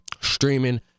Streaming